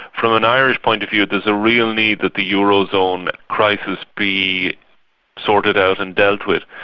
from an irish point of view there's a real need that the eurozone crisis be sorted out and dealt with,